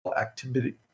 activity